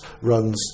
runs